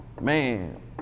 Man